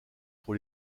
pour